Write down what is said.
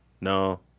No